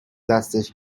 دستش